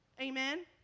Amen